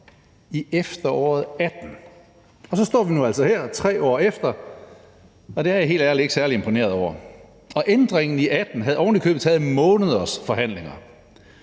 i efteråret 2018. Og så står vi nu altså her 3 år efter, og det er jeg helt ærligt ikke særlig imponeret over. Og ændringen i 2018 havde ovenikøbet taget måneders forhandlinger.